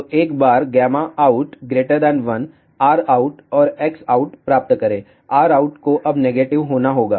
तो एक बार out 1 Rout और Xout प्राप्त करें Rout को अब नेगेटिव होना होगा